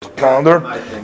calendar